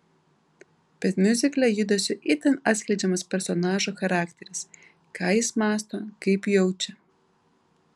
bet miuzikle judesiu itin atskleidžiamas personažo charakteris ką jis mąsto kaip jaučia